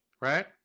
right